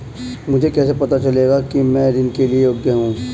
मुझे कैसे पता चलेगा कि मैं ऋण के लिए योग्य हूँ?